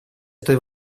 этой